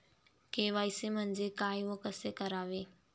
KYC म्हणजे काय व कसे करावे?